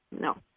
no